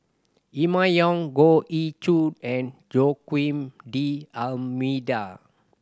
Emma Yong Goh Ee Choo and Joaquim D'Almeida